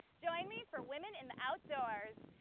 join me for women in the outdoors.